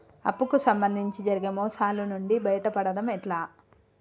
అప్పు కు సంబంధించి జరిగే మోసాలు నుండి బయటపడడం ఎట్లా?